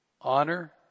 Honor